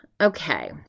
okay